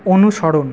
অনুসরণ